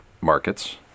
markets